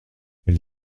elle